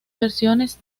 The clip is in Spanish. versiones